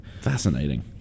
fascinating